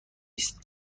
است